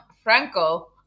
Franco